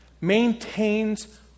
maintains